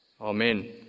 Amen